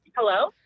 Hello